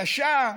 קשה,